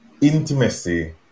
intimacy